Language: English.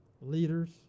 Leaders